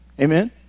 Amen